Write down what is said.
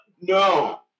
No